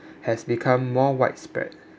has become more widespread